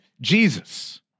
Jesus